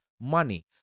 money